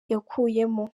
yakuyemo